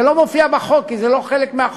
זה לא מופיע בחוק כי זה לא חלק מהחוק,